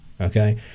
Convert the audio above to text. okay